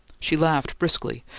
she laughed briskly,